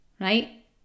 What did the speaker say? right